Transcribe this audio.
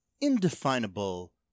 indefinable